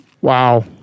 Wow